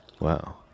wow